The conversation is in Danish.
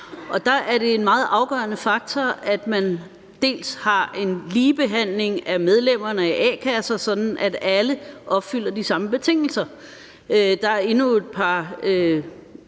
Der er det en meget afgørende faktor, at man har en ligebehandling af medlemmerne af a-kasser, sådan at alle skal opfylde de samme betingelser. Der er endnu et par